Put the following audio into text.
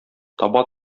таба